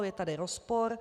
Je tady rozpor.